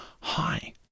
hi